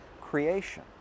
creation